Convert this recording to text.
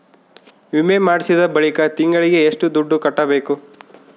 ವಿಮೆ ಮಾಡಿಸಿದ ಬಳಿಕ ತಿಂಗಳಿಗೆ ಎಷ್ಟು ದುಡ್ಡು ಕಟ್ಟಬೇಕು?